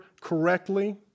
correctly